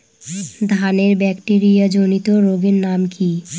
ধানের ব্যাকটেরিয়া জনিত রোগের নাম কি?